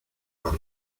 los